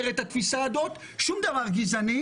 התפיסה הזאת איננה אומרת שום דבר גזעני.